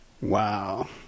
Wow